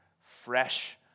fresh